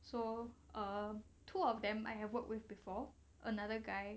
so err two of them I have worked with before another guy